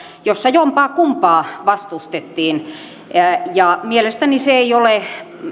joissa jompaa kumpaa vastustettiin niin mielestäni se ei ole